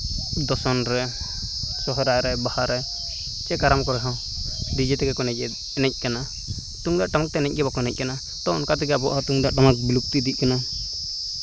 ᱫᱚᱥᱚᱱ ᱨᱮ ᱥᱚᱦᱨᱟᱭ ᱨᱮ ᱵᱟᱦᱟ ᱨᱮ ᱪᱮᱫ ᱠᱟᱨᱟᱢ ᱠᱚᱨᱮ ᱦᱚᱸ ᱰᱤᱡᱮ ᱛᱮᱜᱮ ᱠᱚ ᱮᱱᱮᱡ ᱮᱫ ᱮᱱᱮᱡ ᱠᱟᱱᱟ ᱛᱩᱢᱫᱟᱹᱜ ᱴᱟᱢᱟᱠ ᱛᱮ ᱮᱱᱮᱡ ᱜᱮ ᱵᱟᱠᱚ ᱮᱱᱮᱡ ᱠᱟᱱᱟ ᱱᱤᱛᱚᱝ ᱚᱱᱠᱟ ᱛᱮᱜᱮ ᱛᱩᱢᱫᱟ ᱜ ᱴᱟᱢᱟᱠ ᱵᱤᱞᱩᱯᱛᱤ ᱤᱫᱤᱜ ᱠᱟᱱᱟ